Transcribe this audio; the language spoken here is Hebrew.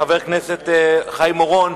חבר הכנסת חיים אורון,